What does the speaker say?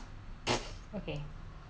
singapore's richest maybe I eat